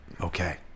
Okay